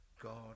God